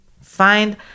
find